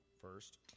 first